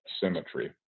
symmetry